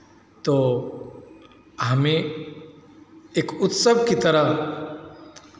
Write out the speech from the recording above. तो हमें एक उत्सव की तरह